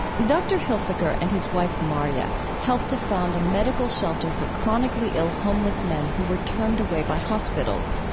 dr. hilfiker and his wife marja helped to found a medical shelter for chronically ill homeless men who were turned away by hospitals.